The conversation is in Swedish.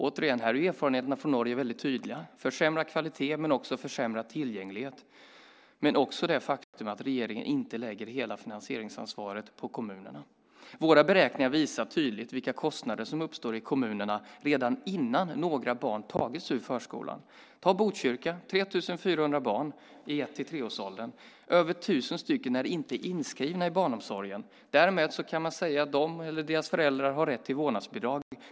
Återigen är erfarenheterna från Norge väldigt tydliga - försämrad kvalitet och försämrad tillgänglighet men också det faktum att regeringen inte lägger hela finansieringsansvaret på kommunerna. Våra beräkningar visar tydligt vilka kostnader som uppstår i kommunerna redan innan några barn tagits ur förskolan. Ta Botkyrka: 3 400 barn i ett-tre års ålder, över 1 000 är inte inskrivna i barnomsorgen. Därmed kan man säga att de eller deras föräldrar har rätt till vårdnadsbidrag.